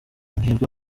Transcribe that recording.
mwebwe